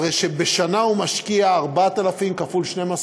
הרי שבשנה הוא משקיע 4,000 שקל כפול 12,